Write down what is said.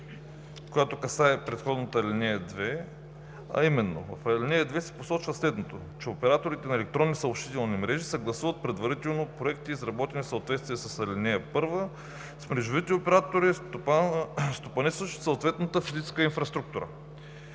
която касае предходната ал. 2, а именно, че операторите на електронни съобщителни мрежи съгласуват предварително проекти, изработени в съответствие с ал. 1, с мрежовите оператори, стопанисващи съответната физическа инфраструктура.